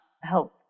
help